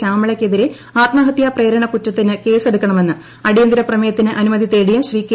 ശ്യാമളയ്ക്ക് എതിരെ ആത്മഹത്യ പ്രേരണാകുറ്റത്തിന് കേസെടുക്കണമെന്ന് അടിയന്തര പ്രമേയത്തിന് അനുമതി തേടിയ ശ്രീ കെ